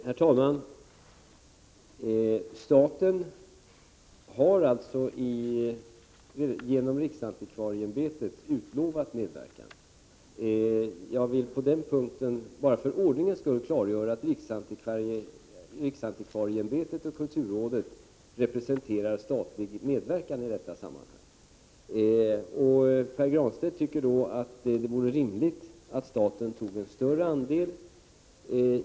Herr talman! Staten har alltså genom riksantikvarieämbetet utlovat medverkan. På den punkten vill jag bara för ordningens skull klargöra att riksantikvarieämbetet och kulturrådet representerar statlig medverkan i detta sammanhang. Pär Granstedt tycker att det vore rimligt om staten bidrog med en större andel.